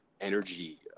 energy